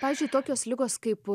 pavyzdžiui tokios ligos kaip